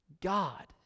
God